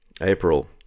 April